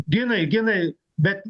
ginai ginai bet